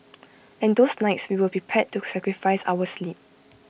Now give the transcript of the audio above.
and those nights we were prepared to sacrifice our sleep